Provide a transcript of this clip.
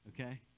Okay